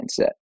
mindset